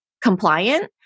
compliant